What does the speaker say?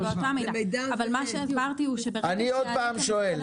אני עוד פעם שואל.